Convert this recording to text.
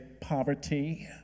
poverty